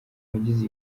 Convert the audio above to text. bagize